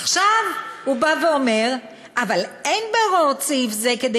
עכשיו הוא בא ואומר: "אבל אין בהוראות סעיף זה כדי